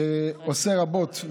שעושה רבות,